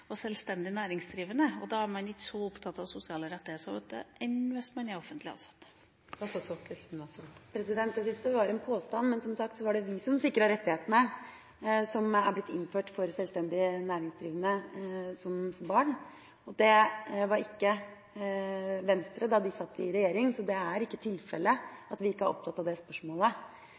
og selvstendig næringsdrivende, og da er man ikke så opptatt av sosiale rettigheter som hvis man er offentlig ansatt. Det siste var en påstand, men som sagt var det vi som sikret disse rettighetene som er blitt innført for selvstendig næringsdrivende. Det gjorde ikke Venstre da de satt i regjering. Så det er ikke tilfellet at vi ikke er opptatt av det spørsmålet.